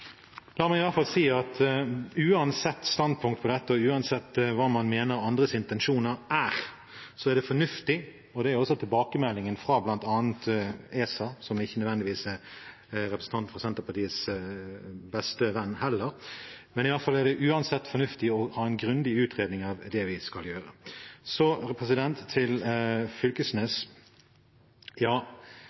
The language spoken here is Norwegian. La meg i hvert fall si at uansett standpunkt til dette og uansett hva man mener andres intensjoner er, er det fornuftig å ha en grundig utredning av det vi skal gjøre. Jeg har sett tilbakemeldingen fra bl.a. ESA, som ikke nødvendigvis er representanten fra Senterpartiets beste venn, men det er uansett fornuftig.